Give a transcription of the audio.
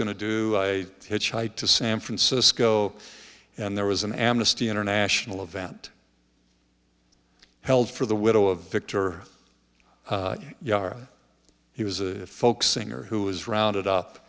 going to do i hitchhiked to san francisco and there was an amnesty international event held for the widow of victor yarra he was a folk singer who was rounded up